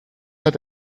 hat